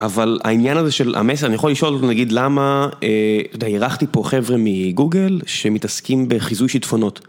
אבל העניין הזה של המסר, אני יכול לשאול, נגיד, למה... יודע, ארחתי פה חבר'ה מגוגל שמתעסקים בחיזוי שיטפונות.